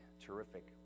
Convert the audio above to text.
terrific